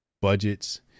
budgets